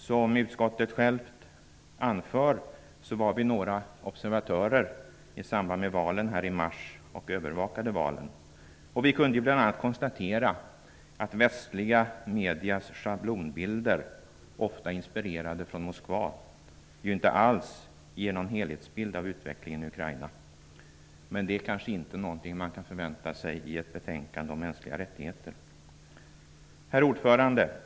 Som utskottet självt anför var några observatörer i Ukraina i samband med valen i mars och övervakade valen. Vi kunde bl.a. konstatera att västliga mediers schablonbilder, ofta inspirerade från Moskva, inte alls ger någon helhetsbild av utvecklingen i Ukraina. Men det kanske inte är något man kan förvänta sig i ett betänkande om mänskliga rättigheter. Herr talman!